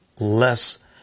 less